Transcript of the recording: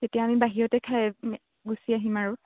তেতিয়া আমি বাহিৰতে খাই গুচি আহিম আৰু